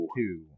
two